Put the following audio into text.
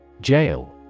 Jail